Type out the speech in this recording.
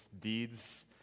deeds